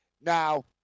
Now